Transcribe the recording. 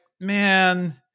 man